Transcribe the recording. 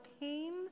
pain